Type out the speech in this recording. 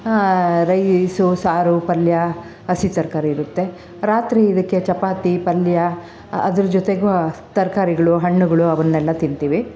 rice ಸಾರು ಪಲ್ಯ ಹಸಿ ತರಕಾರಿ ಇರುತ್ತೆ ರಾತ್ರಿ ಇದಕ್ಕೆ ಚಪಾತಿ ಪಲ್ಯ ಅದರ ಜೊತೆಗೂ ತರಕಾರಿಗಳು ಹಣ್ಣುಗಳು ಅವನ್ನೆಲ್ಲ ತಿಂತೀವಿ